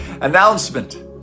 announcement